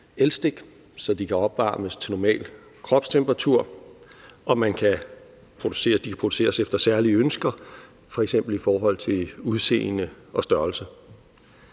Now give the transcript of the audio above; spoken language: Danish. så de kan opvarmes til normal kropstemperatur, og de kan produceres efter særlige ønsker f.eks. i forhold til udseende og størrelse.